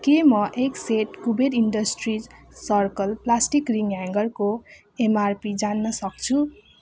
के म एक set Kuber industries circle plastic ring ह्याङ्गरको एमआरपी जान्नसक्छु